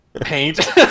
Paint